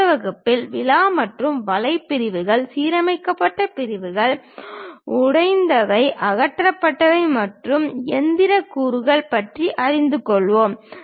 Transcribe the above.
அடுத்த வகுப்பில் விலா மற்றும் வலை பிரிவுகள் சீரமைக்கப்பட்ட பிரிவுகள் உடைந்தவை அகற்றப்பட்டவை மற்றும் இயந்திர கூறுகள் பற்றி அறிந்து கொள்வோம்